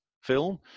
film